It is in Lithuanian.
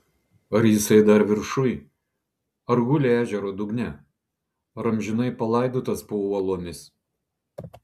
ar jisai dar viršuj ar guli ežero dugne amžinai palaidotas po uolomis